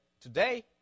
today